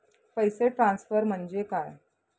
पैसे ट्रान्सफर म्हणजे काय?